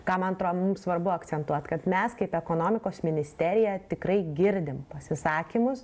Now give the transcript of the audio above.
ką man atrodo mums svarbu akcentuot kad mes kaip ekonomikos ministerija tikrai girdim pasisakymus